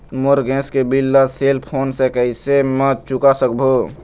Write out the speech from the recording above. मोर gas के bill ला cell phone से कैसे म चुका सकबो?